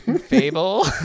Fable